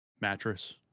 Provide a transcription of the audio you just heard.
mattress